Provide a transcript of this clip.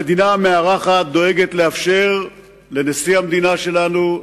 המדינה המארחת דואגת לאפשר לנשיא המדינה שלנו,